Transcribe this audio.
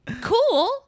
cool